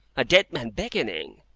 a dead man beckoning!